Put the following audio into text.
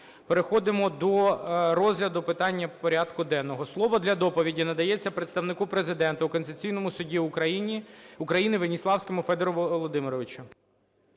Переходимо до розгляду питання порядку денного. Слово для доповіді надається представнику Президента у Конституційному Суді України Веніславському Федору Володимировичу.